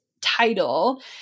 title